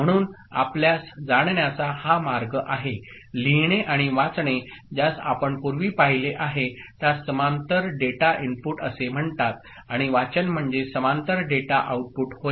म्हणून आपल्यास जाणण्याचा हा मार्ग आहे लिहिणे आणि वाचणे ज्यास आपण पूर्वी पाहिले आहे त्यास समांतर डेटा इनपुट असे म्हणतात आणि वाचन म्हणजे समांतर डेटा आउटपुट होय